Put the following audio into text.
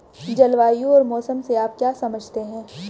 जलवायु और मौसम से आप क्या समझते हैं?